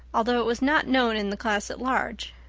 although it was not known in the class at large,